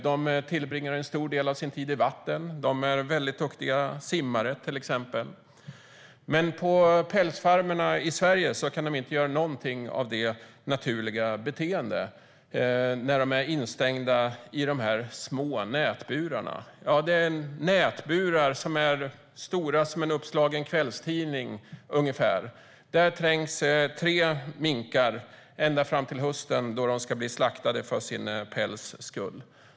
De tillbringar en stor del av sin tid i vatten och är duktiga simmare. Men på pälsfarmerna i Sverige kan de inte göra någonting av det som är deras naturliga beteende. De är instängda i små nätburar, stora som en uppslagen kvällstidning. Där trängs tre minkar per bur ända fram till hösten, då de ska slaktas för sin päls skull.